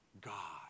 God